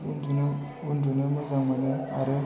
उन्दुनो उन्दुनो मोजां मोनो आरो